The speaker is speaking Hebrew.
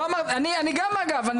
אני גם אגב,